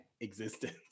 existence